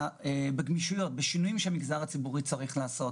בגמישות ובשינויים שהמגזר הציבורי היה צריך לעשות.